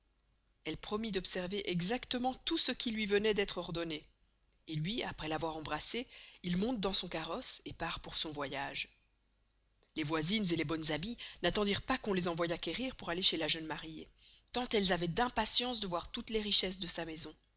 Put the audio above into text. elle promit d'observer exactement tout ce qui luy venoist d'estre ordonné et luy aprés l'avoir embrassée il monte dans son carosse et part pour son voyage les voisines et les bonnes amies n'attendirent pas qu'on les envoyast querir pour aller chez la jeune mariée tant elles avoient d'impatience de voir toutes les richesses de sa maison